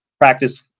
practice